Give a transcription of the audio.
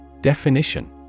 Definition